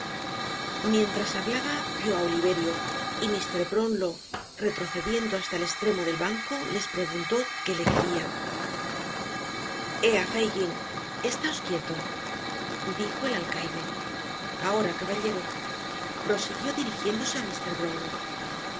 mientras hablaba vió áoliverio y mr brownlow y retrocediendo hasta el estremo del banco les preguntó que le querían ea fagin estaos quieto dijo el alcaide ahora caballero prosiguió dirijiéndose á mr brownlow si